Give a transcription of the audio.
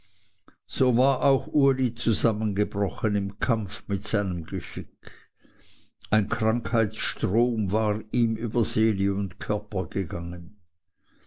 so war auch uli zusammengebrochen im kampf mit seinem geschick ein krankheitsstrom war ihm über seele und körper gegangen